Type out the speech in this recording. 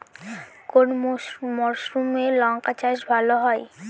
কোন মরশুমে লঙ্কা চাষ ভালো হয়?